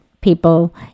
people